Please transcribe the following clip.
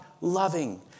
loving